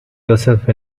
yourself